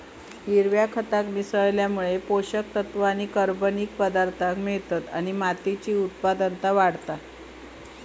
हिरव्या खताक मिसळल्यामुळे पोषक तत्त्व आणि कर्बनिक पदार्थांक मिळतत आणि मातीची उत्पादनता वाढता